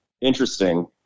interesting